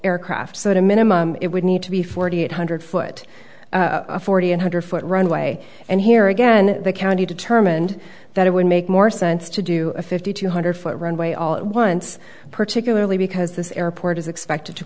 aircraft so the minimum it would need to be forty eight hundred foot a forty one hundred foot runway and here again the county determined that it would make more sense to do a fifty two hundred foot runway all at once particularly because this airport is expected to